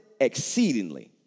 exceedingly